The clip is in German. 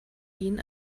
ihn